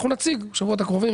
אנחנו נציג בשבועות הקרובים,